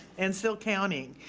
and still counting.